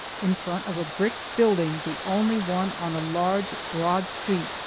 in front of a brick building, the only one on a large, broad street,